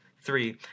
three